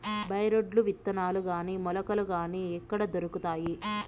By రోడ్లు విత్తనాలు గాని మొలకలు గాని ఎక్కడ దొరుకుతాయి?